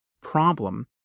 problem